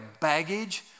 baggage